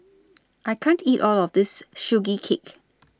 I can't eat All of This Sugee Cake